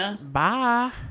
Bye